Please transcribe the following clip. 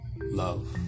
Love